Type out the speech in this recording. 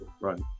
Right